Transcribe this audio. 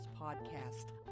Podcast